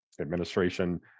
Administration